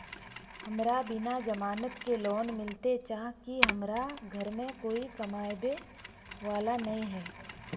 हमरा बिना जमानत के लोन मिलते चाँह की हमरा घर में कोई कमाबये वाला नय है?